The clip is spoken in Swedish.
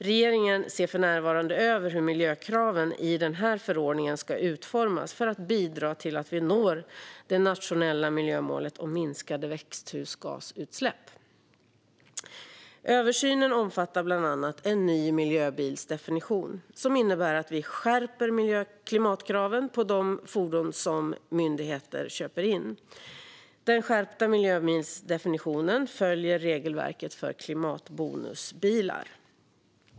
Regeringen ser för närvarande över hur miljökraven i den här förordningen ska utformas för att bidra till att vi når det nationella miljömålet om minskade växthusgasutsläpp. Översynen omfattar bland annat en ny miljöbilsdefinition, som innebär att vi skärper klimatkraven på de fordon som myndigheter köper in. Den skärpta miljöbilsdefinitionen följer regelverket för klimatbonusbilar.